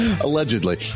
Allegedly